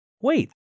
wait